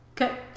Okay